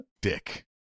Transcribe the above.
dick